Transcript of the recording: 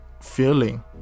feeling